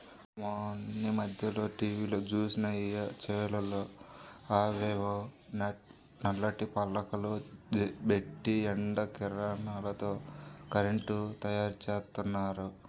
మొన్నీమధ్యనే టీవీలో జూశానయ్య, చేలల్లో అవేవో నల్లటి పలకలు బెట్టి ఎండ కిరణాలతో కరెంటు తయ్యారుజేత్తన్నారు